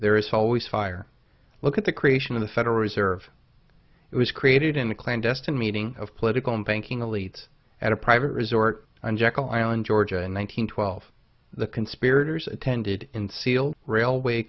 there is always fire look at the creation of the federal reserve it was created in a clandestine meeting of political and banking elites at a private resort on jekyll island georgia in one hundred twelve the conspirators attended in sealed railway